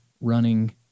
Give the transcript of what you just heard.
running